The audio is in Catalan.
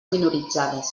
minoritzades